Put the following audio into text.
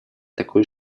такой